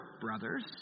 brothers